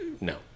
No